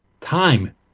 time